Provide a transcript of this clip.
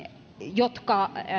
jotka